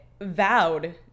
vowed